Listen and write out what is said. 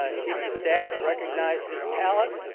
ah chief of staff recognized his talent,